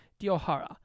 Diohara